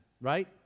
right